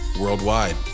worldwide